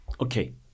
Okay